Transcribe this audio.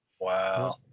Wow